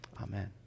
Amen